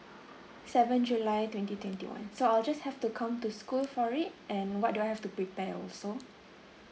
seven july twenty twenty one so I'll just have to come to school for it and what do I have to prepare also